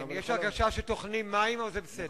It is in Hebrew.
יש הרגשה שטוחנים מים, אבל זה בסדר.